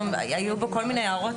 היו בו כל מיני הערות,